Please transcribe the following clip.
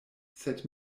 sed